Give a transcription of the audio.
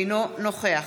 אינו נוכח